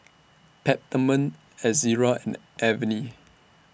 Peptamen Ezerra Avene